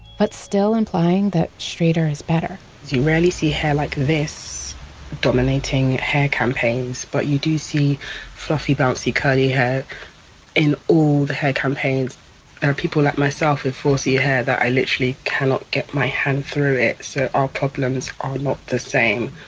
but still implying that straighter is better you rarely see hair like this dominating hair campaigns, but you do see fluffy, bouncy, curly hair in all the hair campaigns. there are people like myself with four c hair that i literally cannot get my hand through it, so our problems are not the same.